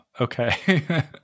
Okay